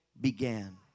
began